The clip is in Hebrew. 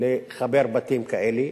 לחבר בתים כאלה,